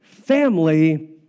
family